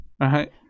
Right